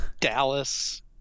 Dallas